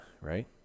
right